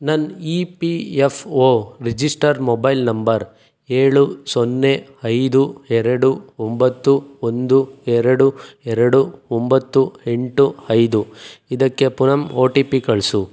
ನನ್ನ E P F O register mobile number ಏಳು ಸೊನ್ನೆ ಐದು ಎರಡು ಒಂಬತ್ತು ಒಂದು ಎರಡು ಎರಡು ಒಂಬತ್ತು ಎಂಟು ಐದು ಇದಕ್ಕೆ ಪುನಃ ಓ ಟಿ ಪಿ ಕಳಿಸು